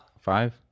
Five